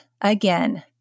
again